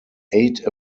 eight